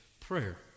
Prayer